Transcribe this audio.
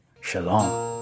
Shalom